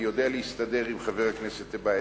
אני יודע להסתדר עם חבר הכנסת טיבייב,